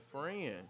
friend